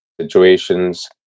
situations